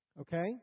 Okay